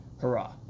hurrah